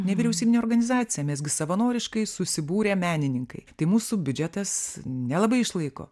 nevyriausybinė organizacija mes gi savanoriškai susibūrę menininkai tai mūsų biudžetas nelabai išlaiko